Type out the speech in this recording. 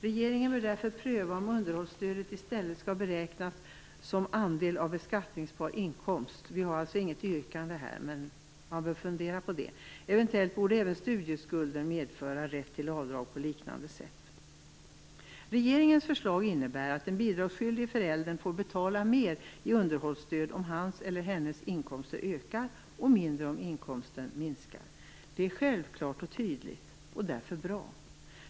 Regeringen bör därför pröva om underhållsstödet i stället skall beräknas som andel av beskattningsbar inkomst. Vi har inget yrkande här, men det är något man bör fundera på. Eventuellt borde även studieskulder medföra rätt till avdrag på liknande sätt. Regeringens förslag innebär att den bidragsskyldige föräldern får betala mer i underhållsstöd om hans eller hennes inkomster ökar och mindre om inkomsten minskar. Det är självklart och tydligt och därför bra.